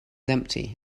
empty